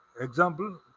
Example